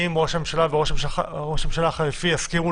אם ראש הממשלה וראש הממשלה החליפי יסכימו